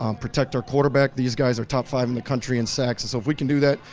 um protect our quarterback. these guys are top five in the country in sacks and so if we can do that,